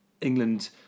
England